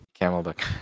Camelback